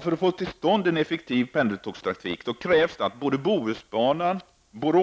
För att få till stånd en effektiv pendeltågstrafik krävs att Bohusbanan och